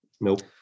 nope